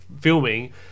filming